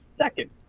second